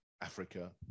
Africa